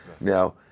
Now